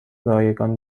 رایگان